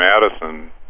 Madison